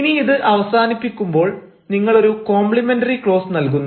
ഇനി ഇത് അവസാനിപ്പിക്കാനാകുമ്പോൾ നിങ്ങൾ ഒരു കോംപ്ലിമെന്ററി ക്ലോസ് നൽകുന്നു